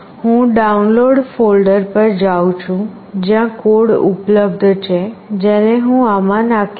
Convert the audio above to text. હું download folder પર જાઉં છું જ્યાં કોડ ઉપલબ્ધ છે જેને હું આમાં નાખીશ